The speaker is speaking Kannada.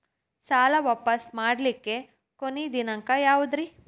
ಸಾಲಾ ವಾಪಸ್ ಮಾಡ್ಲಿಕ್ಕೆ ಕೊನಿ ದಿನಾಂಕ ಯಾವುದ್ರಿ?